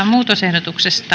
muutosehdotuksen